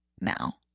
now